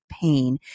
pain